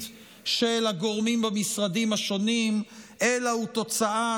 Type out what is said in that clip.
של הגורמים במשרדים השונים אלא הוא תוצאה